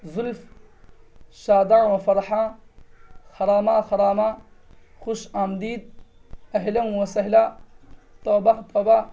زلف شاداں و فرحاں خراماں خراماں خوش آمدید اہلاً و سہلا توبہ توبہ